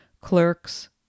clerks